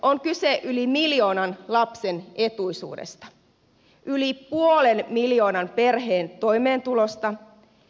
on kyse yli miljoonan lapsen etuisuudesta yli puolen miljoonan perheen toimeentulosta